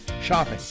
shopping